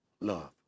love